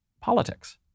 politics